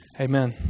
Amen